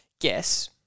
guess